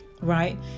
right